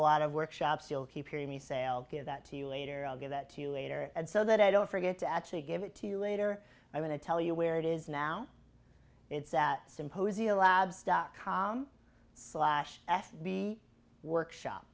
lot of workshops you'll keep hearing the sale give that to you later i'll give that to you later and so that i don't forget to actually give it to you later i want to tell you where it is now it's at symposia labs dot com slash f b workshop